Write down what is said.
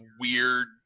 weird